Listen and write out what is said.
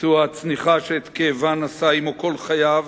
פצוע הצניחה שאת כאבה נשא עמו כל חייו,